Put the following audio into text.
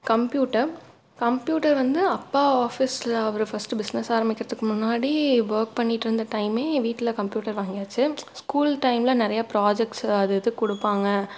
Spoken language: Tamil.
கம்ப்யூட்டர் கம்ப்யூட்டர் வந்து அப்பா ஆஃபீஸ்சில் அவர் ஃபஸ்ட்டு பிஸ்னஸ் ஆரம்பிக்கிறதுக்கு முன்னாடி ஒர்க் பண்ணிகிட்டு இருந்த டைமே வீட்டில் கம்ப்யூட்டர் வாங்கியாச்சு ஸ்கூல் டைமில் நிறையா ப்ராஜெக்ட்ஸு அது இது கொடுப்பாங்க